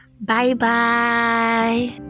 Bye-bye